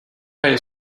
ayı